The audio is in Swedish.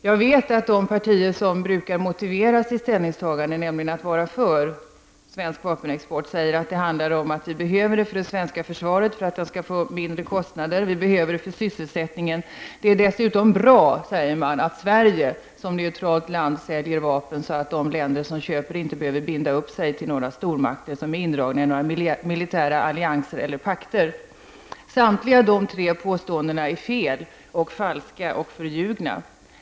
Jag vet att de partier som är för en svensk vapenexport brukar motivera sitt ställningstagande med att en sådan behövs för att det svenska försvaret skall få mindre kostnader, att den behövs för sysselsättningen och att det dessutom är bra att Sverige, som ett neutralt land, säljer vapen, så att de länder som köper inte behöver binda upp sig till några stormakter som är indragna i militära allianser eller pakter. Samtliga tre påståenden är felaktiga, falska och förljugna.